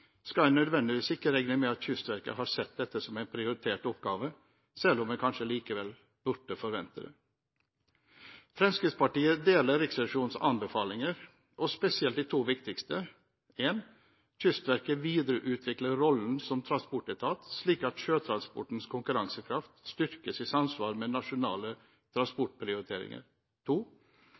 skal en ikke nødvendigvis regne med at Kystverket har sett dette som en prioritert oppgave, selv om en kanskje likevel burde forvente det. Fremskrittspartiet deler Riksrevisjonens anbefalinger, spesielt de to viktigste: «Kystverket videreutvikler rollen som transportetat slik at sjøtransportens konkurransekraft styrkes i samsvar med nasjonale transportprioriteringer.»